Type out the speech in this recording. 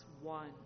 one